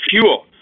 fuel